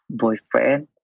boyfriend